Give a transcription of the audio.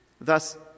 Thus